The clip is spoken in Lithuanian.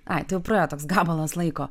ai tai jau praėjo toks gabalas laiko